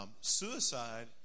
Suicide